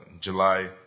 July